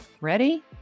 Ready